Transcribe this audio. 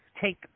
take